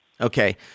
Okay